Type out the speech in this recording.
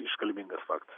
iškalbingas faktas